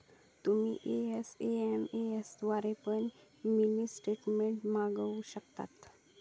तुम्ही एस.एम.एस द्वारे पण मिनी स्टेटमेंट मागवु शकतास